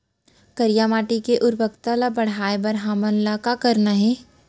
करिया माटी के उर्वरता ला बढ़ाए बर हमन ला का करना हे?